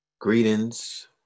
greetings